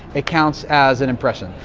it counts as an impression.